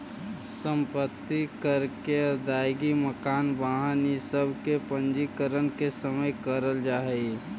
सम्पत्ति कर के अदायगी मकान, वाहन इ सब के पंजीकरण के समय करल जाऽ हई